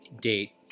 date